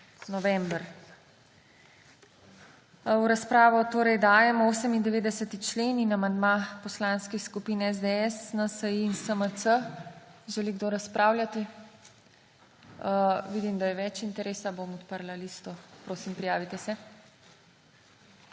V razpravo dajem 98. člen in amandma poslanskih skupin SDS, NSi, SMC. Želi kdo razpravljati? Vidim, da je več interesa, bom odprla listo. Prosim, prijavite se.